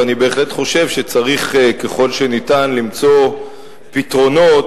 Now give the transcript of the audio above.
ואני בהחלט חושב שצריך ככל שניתן למצוא פתרונות,